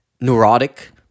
neurotic